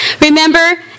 Remember